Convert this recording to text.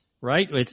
right